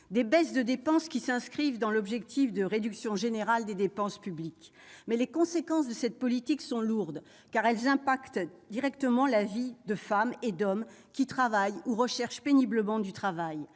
des baisses de dépenses qui s'inscrivent dans l'objectif de réduction générale des dépenses publiques. Cela dit, les conséquences de cette politique sont lourdes, affectant directement la vie de femmes et d'hommes qui travaillent ou qui recherchent péniblement du travail.